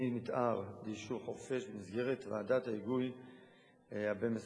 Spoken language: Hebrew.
תוכנית מיתאר ליישוב חורפיש במסגרת ועדת ההיגוי הבין-משרדית.